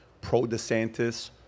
pro-DeSantis